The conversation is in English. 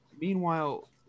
Meanwhile